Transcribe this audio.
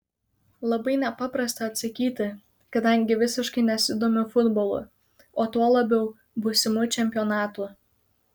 labai nepaprasta atsakyti kadangi visiškai nesidomiu futbolu o tuo labiau būsimu čempionatu